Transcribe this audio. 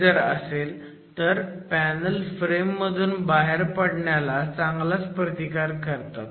ही जर असेल तर पॅनल फ्रेम मधून बाहेर पडण्याला चांगलाच प्रतिकार करतात